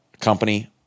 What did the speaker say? company